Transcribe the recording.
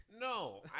No